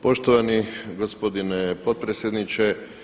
Poštovani gospodine potpredsjedniče.